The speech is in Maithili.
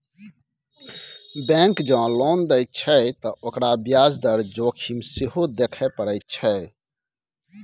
बैंक जँ लोन दैत छै त ओकरा ब्याज दर जोखिम सेहो देखय पड़ैत छै